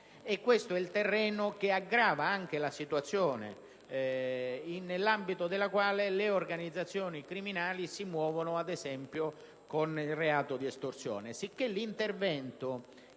Questo è il terreno che aggrava anche la situazione nell'ambito della quale le organizzazioni criminali si muovono, ad esempio, con il reato di estorsione.